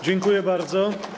Dziękuję bardzo.